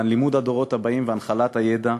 למען לימוד הדורות הבאים והנחלת הידע,